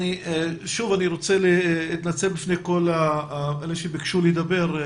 שוב, אני רוצה להתנצל בפני כל אלה שביקשו לדבר.